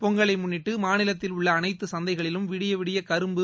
பொங்கலை முன்னிட்டு மாநிலத்தில் உள்ள அனைத்து சந்தைகளிலும் விடியவிடிய கரும்பு